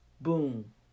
Boom